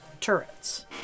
turrets